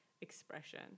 expression